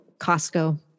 Costco